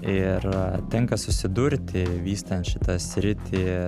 ir tenka susidurti vystant šitą sritį